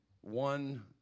one